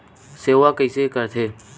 सेवा कइसे करथे?